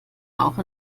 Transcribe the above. auch